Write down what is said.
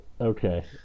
Okay